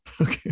Okay